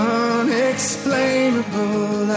unexplainable